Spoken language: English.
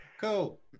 Cool